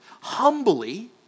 humbly